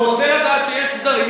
הוא רוצה לדעת שיש סדרים.